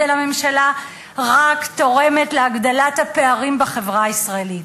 הממשלה רק תורמת להגדלת הפערים בחברה הישראלית.